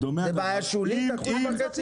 זו בעיה שולית 1.5%?